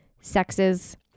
sexes